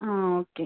ആ ഓക്കെ